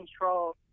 control